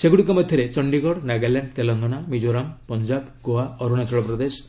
ସେଗୁଡ଼ିକ ମଧ୍ୟରେ ଚଣ୍ଡିଗଡ ନାଗାଲାଣ୍ଡ ତେଲେଙ୍ଗାନା ମିକୋରାମ ପଞ୍ଜାବ ଗୋଆ ଅରୁଣାଚଳ ପ୍ରଦେଶ